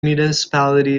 municipality